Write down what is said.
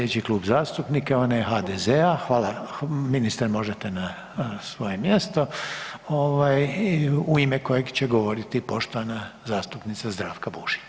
Sljedeći klub zastupnika je onaj HDZ-a, hvala ministre možete na svoje mjesto, u ime kojeg će govoriti poštovana zastupnica Zdravka Bušić.